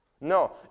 No